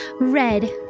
Red